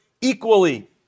equally